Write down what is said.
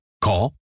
Call